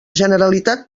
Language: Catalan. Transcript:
generalitat